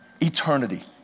Eternity